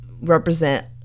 represent